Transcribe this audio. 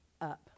up